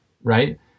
right